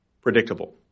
predictable